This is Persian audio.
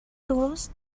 درست